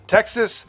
Texas